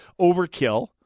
overkill